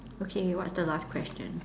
okay what is the last question